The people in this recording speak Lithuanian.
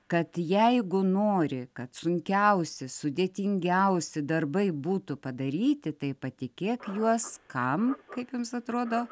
kad jeigu nori kad sunkiausi sudėtingiausi darbai būtų padaryti tai patikėk juos kam kaip jums atrodo